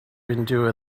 endure